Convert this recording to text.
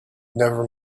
never